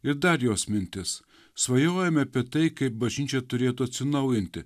ir dar jos mintis svajojame apie tai kaip bažnyčia turėtų atsinaujinti